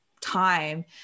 time